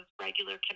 regular